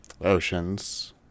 Oceans